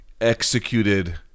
executed